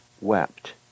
wept